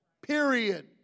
period